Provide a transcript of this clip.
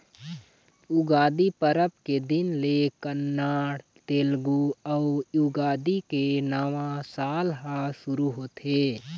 उगादी परब के दिन ले कन्नड़, तेलगु अउ युगादी के नवा साल ह सुरू होथे